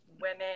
women